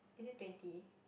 is it twenty